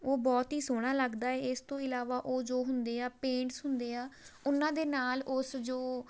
ਉਹ ਬਹੁਤ ਹੀ ਸੋਹਣਾ ਲੱਗਦਾ ਇਸ ਤੋਂ ਇਲਾਵਾ ਉਹ ਜੋ ਹੁੰਦੇ ਆ ਪੇਂਟਸ ਹੁੰਦੇ ਆ ਉਹਨਾਂ ਦੇ ਨਾਲ ਉਸ ਜੋ